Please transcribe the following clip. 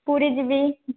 ପୁରୀ ଯିବି